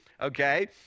okay